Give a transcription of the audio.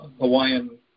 Hawaiian